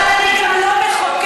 אבל אני גם לא מחוקקת,